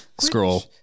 scroll